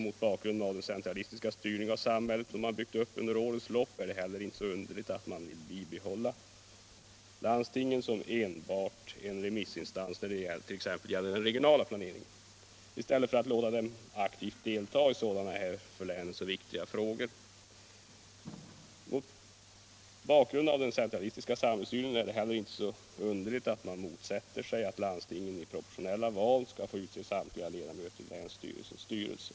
Mot bakgrund av den centralistiska styrning av samhället som man byggt upp under årens lopp är det inte så underligt att man vill bibehålla landstingen som enbart remissinstanser när det t.ex. gäller regional planering i stället för att låta dem aktivt delta i behandlingen av för länen så viktiga frågor. Mot bakgrund av deras centralistiska samhällssyn är det heller inte så underligt att socialdemokraterna motsätter sig att landstingen i proportionella val skall få utse samtliga ledamöter i länsstyrelsens styrelse.